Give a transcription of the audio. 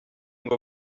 ngo